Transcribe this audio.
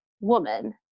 woman